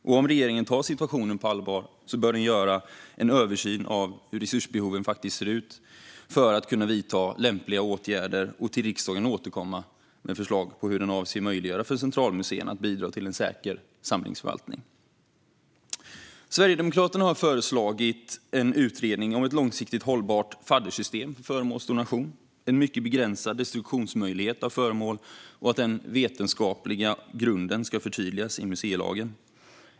Om regeringen tar situationen på allvar bör man göra en översyn av hur resursbehoven ser ut för att man ska kunna vidta lämpliga åtgärder och återkomma till riksdagen med förslag på hur man avser att möjliggöra för centralmuseerna att bidra till en säker samlingsförvaltning. Sverigedemokraterna har föreslagit en utredning om ett långsiktigt hållbart faddersystem för föremålsdonation och en mycket begränsad destruktionsmöjlighet av föremål. Vi vill också att den vetenskapliga grunden förtydligas i museilagen.